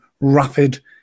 rapid